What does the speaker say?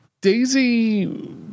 Daisy